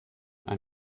ein